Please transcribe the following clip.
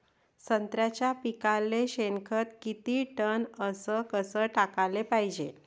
संत्र्याच्या पिकाले शेनखत किती टन अस कस टाकाले पायजे?